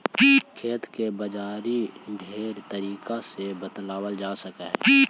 खेती के बाजारी ढेर तरीका से बताबल जा सकलाई हे